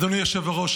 אדוני היושב-ראש,